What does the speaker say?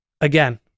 again